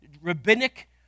rabbinic